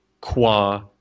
qua